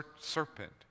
serpent